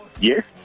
Yes